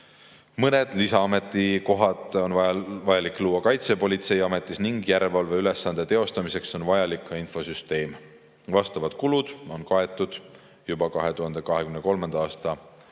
mõned lisaametikohad on vajalik luua Kaitsepolitseiametis ning järelevalveülesande teostamiseks on vajalik ka infosüsteem. Vastavad kulud on kaetud juba 2023. aasta